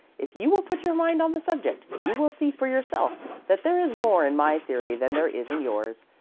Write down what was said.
if you will put your mind on the subject, you will see for yourself that there is more in my theory than there is in yours.